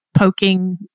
poking